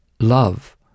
Love